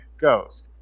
goes